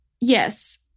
Yes